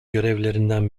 görevlerinden